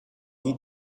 die